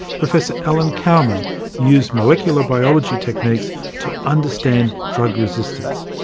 professor alan cowman used molecular biology techniques to understand drug resistance.